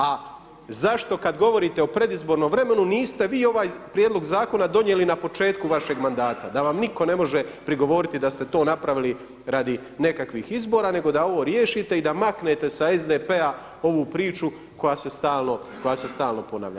A zašto kada govorite o predizbornom vremenu niste vi ovaj prijedlog zakona donijeli na početku vašeg mandata, da vam nitko ne može prigovoriti da ste to napravili radi nekakvih izbora nego da ovo riješite i da maknete sa SDP-a ovu priču koja se stalno ponavlja.